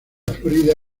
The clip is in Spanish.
florida